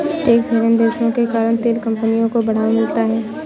tax haven देशों के कारण तेल कंपनियों को बढ़ावा मिलता है